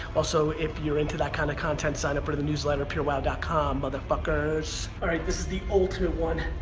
also if you're in to that kind of content, sign up for the newsletter, purewow dot com mother fuckers. alright, this is the ultimate one.